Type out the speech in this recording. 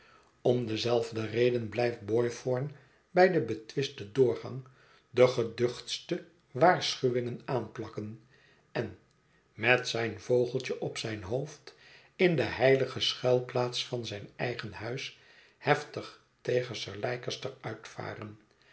om dezelfde reden blijft boythorn bij den betwisten doorgang de geduchtste waarschuwingen aanplakken en met zijn vogeltje op zijn hoofd in de heilige schuilplaats van zijn eigen huis heftig tegen sir leicester uitvaren